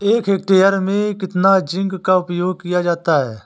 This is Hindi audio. एक हेक्टेयर में कितना जिंक का उपयोग किया जाता है?